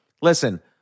listen